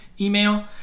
email